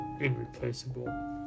irreplaceable